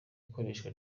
ikoreshwa